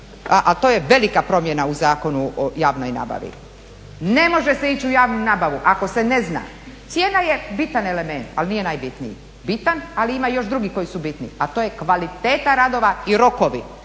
a to je velika promjena u Zakonu o javnoj nabavi. Ne može se ići u javnu nabavu ako se ne zna. Cijena je bitan element, ali nije najbitniji. Bitan, ali ima još drugih koji su bitni a to je kvaliteta radova i rokovi.